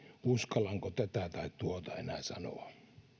uskallanko tätä tai tuota enää sanoa